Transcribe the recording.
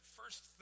first